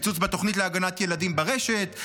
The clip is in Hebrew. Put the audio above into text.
קיצוץ בתוכנית להגנת ילדים ברשת,